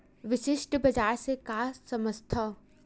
विशिष्ट बजार से का समझथव?